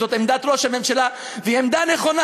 זאת עמדת ראש הממשלה, והיא עמדה נכונה.